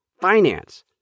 Finance